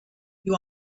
you